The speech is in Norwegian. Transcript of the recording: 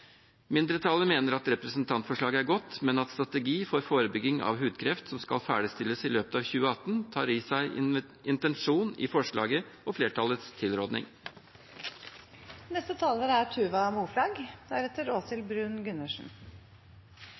Mindretallet mener at representantforslaget er godt, men at «Strategi for forebygging av hudkreft», som skal ferdigstilles i løpet av 2018, tar i seg intensjonen i forslaget og flertallets tilråding. I barnesangen heter det: «Sola er